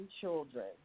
children